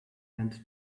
end